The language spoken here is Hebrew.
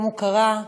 יום הוקרה,